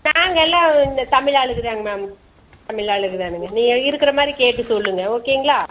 நாங்கள் எல்லாம் இந்த தமிழ் ஆளுகள் தாங்க மேம் தமிழ் ஆளுகள் தானுங்க நீங்கள் இருக்குறமாதிரி கேட்டு சொல்லுங்கள் ஓகேங்களா